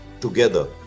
together